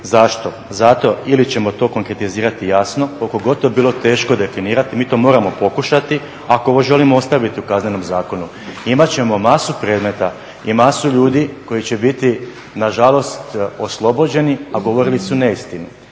Zašto? Zato ili ćemo to konkretizirati jasno, koliko god to bilo teško definirati mi to moramo pokušati ako ovo želimo ostaviti u Kaznenom zakonu. Imat ćemo masu predmeta i masu ljudi koji će biti nažalost oslobođeni, a govorili su neistinu